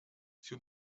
sie